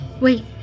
wait